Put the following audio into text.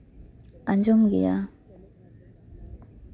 ᱟᱸᱡᱚᱢ ᱜᱮᱭᱟ